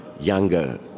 younger